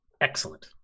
excellent